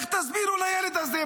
איך תסבירו לילד הזה?